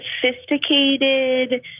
sophisticated